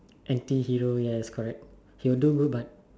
anti hero yes correct he will do good but